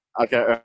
Okay